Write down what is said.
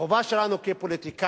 החובה שלנו כפוליטיקאים,